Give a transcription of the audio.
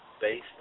based